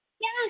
Yes